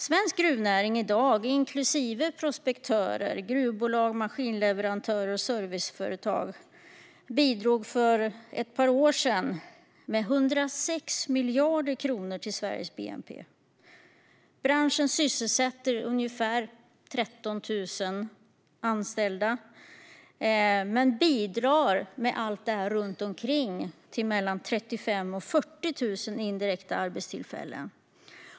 Svensk gruvnäring, inklusive prospektörer, gruvbolag, maskinleverantörer och serviceföretag, bidrog för ett par år sedan med 106 miljarder kronor till Sveriges bnp. Branschen sysselsätter ungefär 13 000 anställda, men bidrar med allt runt omkring till mellan 35 000 och 40 000 indirekta arbetstillfällen.